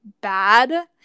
bad